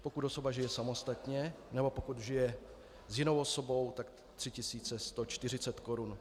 Pokud osoba žije samostatně nebo pokud žije s jinou osobou, tak 3 140 korun.